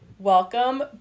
Welcome